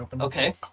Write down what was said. Okay